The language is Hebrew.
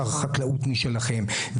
שר חקלאות משלכם,